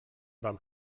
beim